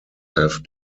have